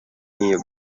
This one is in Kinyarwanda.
n’iyo